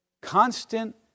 Constant